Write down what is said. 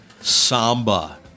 Samba